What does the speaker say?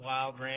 Wild